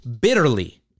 bitterly